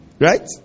Right